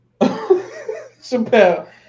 Chappelle